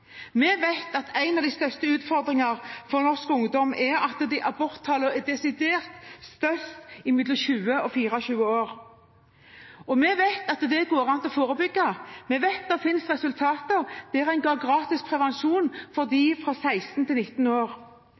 Vi vet at en av de største utfordringene er at for norsk ungdom er aborttallene desidert størst mellom 20 og 24 år. Vi vet at det går an å forebygge, og vi vet at det finnes resultater, der man ga gratis prevensjon til dem fra 16 til 19 år.